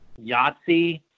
Yahtzee